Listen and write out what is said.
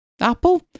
Apple